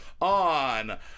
on